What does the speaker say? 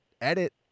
edit